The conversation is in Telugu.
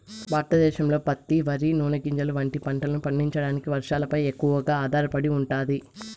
భారతదేశంలో పత్తి, వరి, నూనె గింజలు వంటి పంటలను పండించడానికి వర్షాలపై ఎక్కువగా ఆధారపడి ఉంటాది